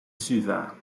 suva